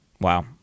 Wow